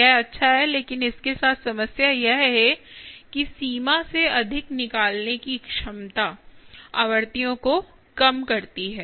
यह अच्छा है लेकिन इसके साथ समस्या यह है कि सीमा से अधिक निकालने की क्षमता आवृत्तियों को कम करती है